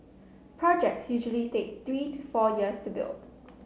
projects usually take three to four years to build